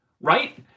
Right